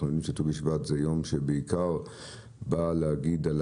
אנחנו יודעים שט"ו בשבט הוא יום שבעיקר בא להגיד על